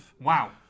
wow